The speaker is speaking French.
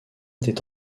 était